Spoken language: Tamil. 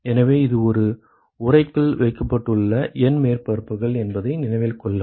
எனவே இது ஒரு உறைக்குள் வைக்கப்பட்டுள்ள N மேற்பரப்புகள் என்பதை நினைவில் கொள்ளவும்